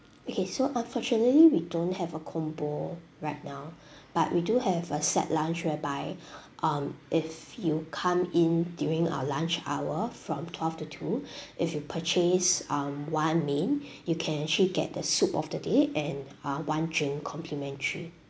okay so unfortunately we don't have a combo right now but we do have a set lunch whereby um if you come in during our lunch hour from twelve to two if you purchase um one main you can actually get the soup of the day and uh one drink complimentary